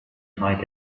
high